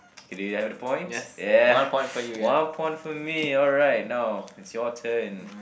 okay do I get the points yeah one point for me all right now it's your turn